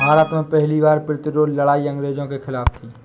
भारत में पहली कर प्रतिरोध लड़ाई अंग्रेजों के खिलाफ थी